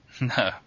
No